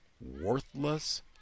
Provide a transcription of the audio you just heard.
Worthless